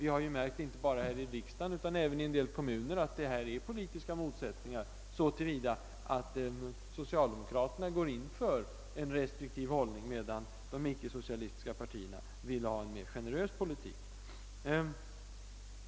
Vi har märkt, inte bara här i riksdagen utan även i en del kommuner, att det här rör sig om politiska motsättningar så till vida att socialdemokraterna går in för en restriktiv hållning, medan de ickesocialistiska partierna vill föra en mera generös politik.